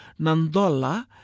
nandola